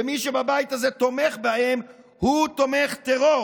ומי שבבית הזה תומך בהם הוא תומך טרור,